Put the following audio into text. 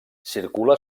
circula